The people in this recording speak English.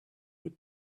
put